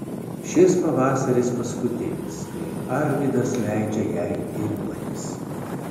šis pavasaris paskutinis kai arvydas leidžia jai ėriuotis